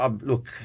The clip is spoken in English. Look